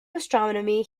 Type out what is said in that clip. astronomy